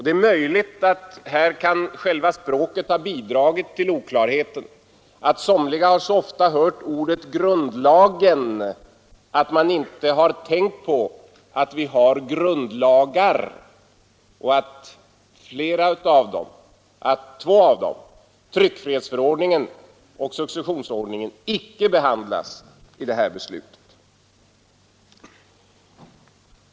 Det är möjligt att själva språket kan ha bidragit till oklarheten — att somliga så ofta hört ordet grundlagen att man inte har tänkt på att vi har grundlagar och att två av dem, tryckfrihetsförordningen och successionsförordningen, i allt väsentligt icke omfattas av dagens beslut.